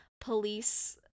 police